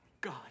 god